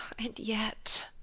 and yet.